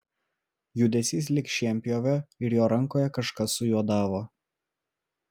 judesys lyg šienpjovio ir jo rankoje kažkas sujuodavo